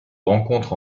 rencontre